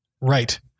Right